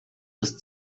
ist